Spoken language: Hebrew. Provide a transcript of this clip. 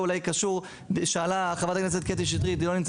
קשור לשאלתה של חברת הכנסת קטי שטרית היא לא נמצאת